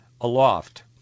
aloft